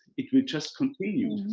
it will just continue.